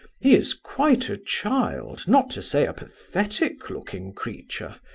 he is quite a child, not to say a pathetic-looking creature.